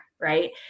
Right